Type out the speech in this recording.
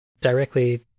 directly